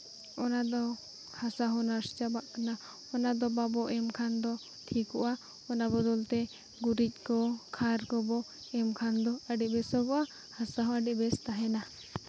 ᱚᱱᱟᱫᱚ ᱦᱟᱥᱟ ᱦᱚᱸ ᱱᱚᱥᱴᱚ ᱪᱟᱵᱟᱜ ᱠᱟᱱᱟ ᱚᱱᱟᱫᱚ ᱵᱟᱵᱚ ᱮᱢ ᱠᱷᱟᱱ ᱫᱚ ᱴᱷᱤᱠᱚᱜᱼᱟ ᱚᱱᱟ ᱵᱚᱫᱚᱞ ᱛᱮ ᱜᱩᱨᱤᱡ ᱠᱚ ᱠᱷᱟᱨ ᱠᱚᱵᱚ ᱮᱢᱠᱷᱟᱱ ᱫᱚ ᱟᱹᱰᱤ ᱵᱮᱥᱚᱜᱚᱜᱼᱟ ᱦᱟᱥᱟ ᱦᱚᱸ ᱟᱹᱰᱤ ᱵᱮᱥ ᱛᱟᱦᱮᱱᱟ